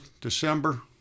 December